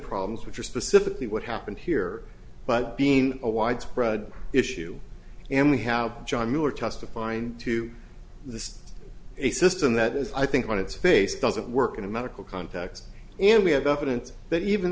problems which are specifically what happened here but being a widespread issue and we have john miller testifying to this a system that is i think on its face doesn't work in a medical context and we have evidence that even